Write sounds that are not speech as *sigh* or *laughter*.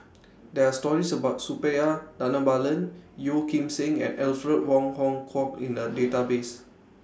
There Are stories about Suppiah Dhanabalan Yeo Kim Seng and Alfred Wong Hong Kwok *noise* in The Database